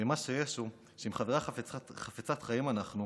ומה שיש הוא שחברה חפצת חיים אנחנו,